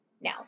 Now